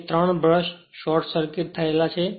જે ત્રણ brush short circuit થયેલા છે